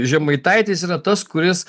žemaitaitis yra tas kuris